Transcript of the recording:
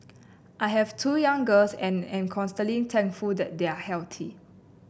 I have two young girls and am constantly thankful that they are healthy